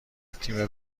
تیم